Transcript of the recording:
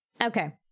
Okay